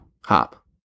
hop